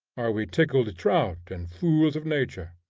are we tickled trout, and fools of nature?